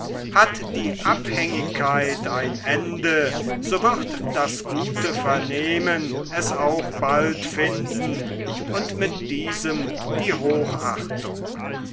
hat die abhängigkeit ein ende so wird das gute vernehmen es auch bald finden und mit diesem die hochachtung